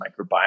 microbiome